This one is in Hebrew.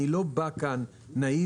אני לא בא לכאן נאיבי,